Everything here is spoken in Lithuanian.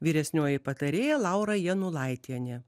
vyresnioji patarėja laura janulaitienė